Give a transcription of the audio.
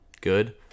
good